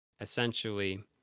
essentially